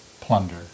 plunder